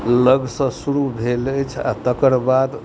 लगसँ शुरू भेल अछि आ तकर बाद